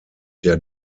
der